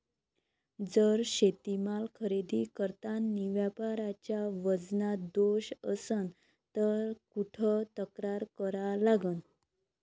जर शेतीमाल खरेदी करतांनी व्यापाऱ्याच्या वजनात दोष असन त कुठ तक्रार करा लागन?